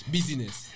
Business